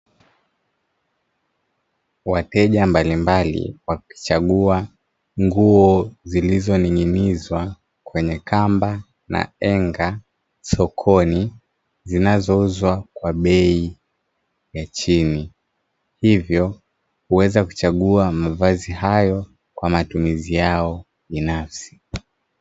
Wateja mbalimbali wakichagua nguo zilizoning'inizwa kwenye kamba na henga sokoni, zinazouzwa kwa bei ya chini hivyo kuweza kuchagua mavazi hayo kwa matumizi yao binafsi.